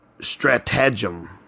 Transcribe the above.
stratagem